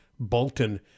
Bolton